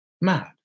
mad